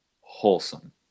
wholesome